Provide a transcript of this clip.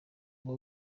uba